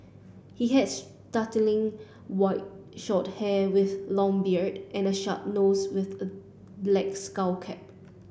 he had startlingly white short hair with long beard and a sharp nose with the black skull cap